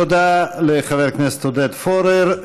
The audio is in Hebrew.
תודה לחבר הכנסת עודד פורר.